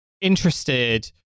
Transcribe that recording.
interested